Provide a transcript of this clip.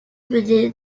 mené